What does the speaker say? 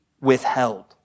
withheld